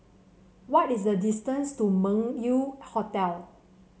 what is the distance to Meng Yew Hotel